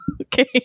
Okay